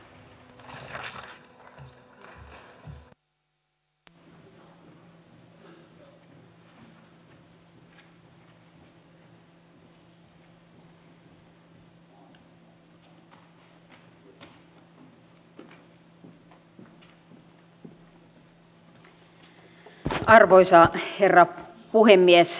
arvoisa herra puhemies